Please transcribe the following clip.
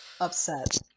upset